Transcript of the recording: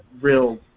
real